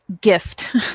gift